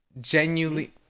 genuinely